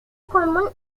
común